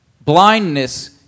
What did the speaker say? blindness